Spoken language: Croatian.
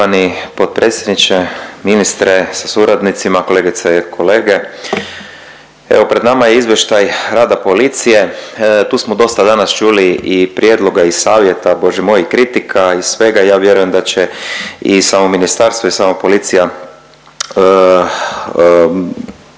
Poštovani potpredsjedniče, ministre sa suradnicima, kolegice i kolege, evo pred nama je izvještaj rada policije tu smo danas čuli i prijedloga i savjeta Bože moj i kritika i svega. Ja vjerujem da će i samo ministarstvo i sama policija